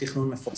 תכנון מפורט,